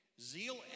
Zeal